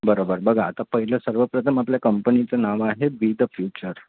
बरोबर बघा आता पहिलं सर्वप्रथम आपल्या कंपनीचं नाव आहे वी द फ्युचर